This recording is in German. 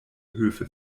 höfe